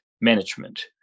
management